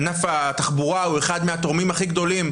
ענף התחבורה הוא אחד מהתורמים הכי גדולים